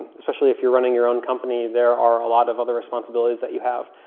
especially if you're running your own company, there are a lot of other responsibilities that you have.